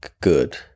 good